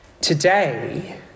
today